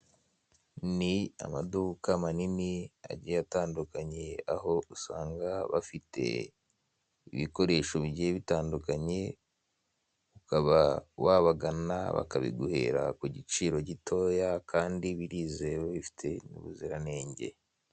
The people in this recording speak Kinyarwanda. Ni amaduka manini agiye atandukanye aho usanga bafite ibikoresho bigiye bitandukanye ukaba wabagana bakabiguhera ku giciro gitoya kandi birizewe bifite ubuziranenge.